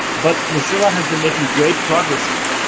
but mozilla has been making great progress here.